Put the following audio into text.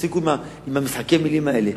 תפסיקו עם משחקי המלים האלה.